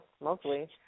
mostly